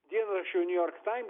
dienraščio new york times